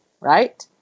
right